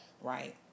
Right